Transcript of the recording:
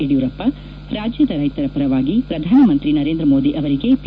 ಯಡಿಯೂರಪ್ಪ ರಾಜ್ಯದ ರೈತರ ಪರವಾಗಿ ಪ್ರಧಾನಮಂತ್ರಿ ನರೇಂದ್ರ ಮೋದಿ ಅವರಿಗೆ ಪಿ